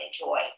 enjoy